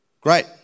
great